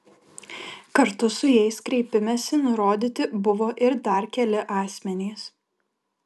kartu su jais kreipimesi nurodyti buvo ir dar keli asmenys